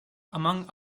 among